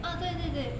ah 对对对